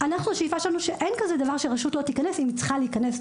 השאיפה שלנו שאין כזה דבר שרשות לא תיכנס אם היא צריכה להיכנס.